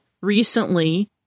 recently